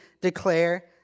declare